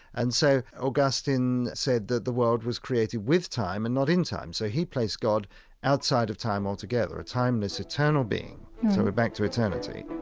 and so augustine said that the world was created with time and not in time. so he placed god outside of time altogether, a timeless, eternal being. so we're back to eternity